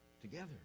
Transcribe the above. together